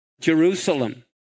Jerusalem